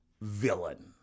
villain